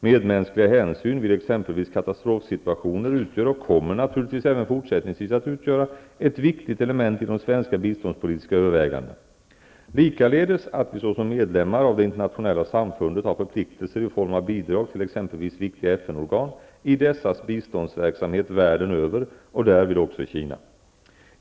Medmänskliga hänsyn vid exempelvis katastrofsituationer utgör och kommer naturligtvis även fortsättningsvis att utgöra ett viktigt element i de svenska biståndspolitiska övervägandena, liksom det faktum att vi såsom medlemmar av det internationella samfundet har förpliktelser att lämna bidrag till exempelvis viktiga FN-organ i dessas biståndsverksamhet världen över och därvid också i Kina.